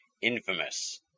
Infamous